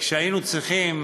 כשהיינו צריכים